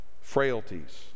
Frailties